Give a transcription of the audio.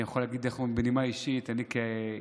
אני יכול להגיד בנימה אישית שאני כילד,